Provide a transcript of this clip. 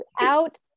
out